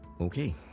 Okay